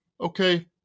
Okay